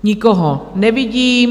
Nikoho nevidím.